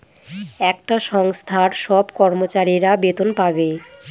একটা সংস্থার সব কর্মচারীরা বেতন পাবে